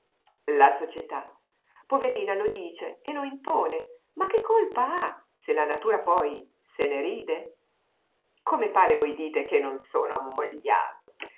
la società poverina lo dice e lo impone ma che colpa ha se la natura poi se ne ride come pare voi dite che non sono ammogliato